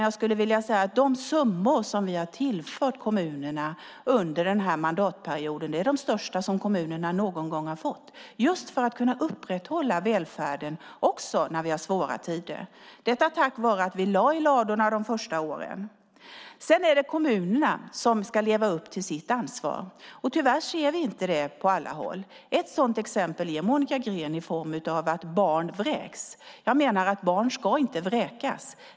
Jag skulle vilja säga att de summor som vi har tillfört kommunerna under denna mandatperiod är de största som kommunerna någon gång har fått just för att kunna upprätthålla välfärden också när vi har svåra tider. Detta har kunnat ske tack vare att vi lade i ladorna under de första åren. Sedan är det kommunerna som ska leva upp till sitt ansvar. Tyvärr ser vi inte det på alla håll. Monica Green ger ett sådant exempel med att barn vräks. Jag menar att barn inte ska vräkas.